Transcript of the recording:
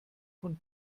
von